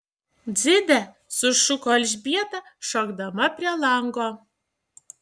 dzide sušuko elžbieta šokdama prie lango